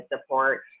support